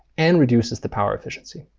and reduces the power efficiency.